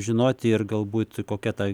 žinoti ir galbūt kokia ta